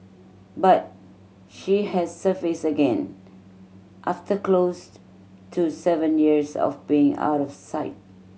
but she has surfaced again after close to seven years of being out of sight